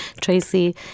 Tracy